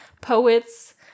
poets